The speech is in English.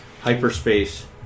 hyperspace